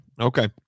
Okay